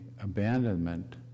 abandonment